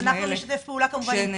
יש לי